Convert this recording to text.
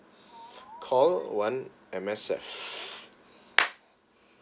call one M_S_F